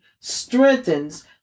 strengthens